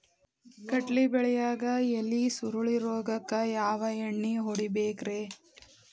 ಕಡ್ಲಿ ಬೆಳಿಯಾಗ ಎಲಿ ಸುರುಳಿ ರೋಗಕ್ಕ ಯಾವ ಎಣ್ಣಿ ಹೊಡಿಬೇಕ್ರೇ?